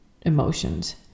emotions